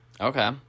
Okay